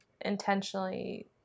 intentionally